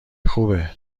خوبه